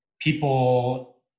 people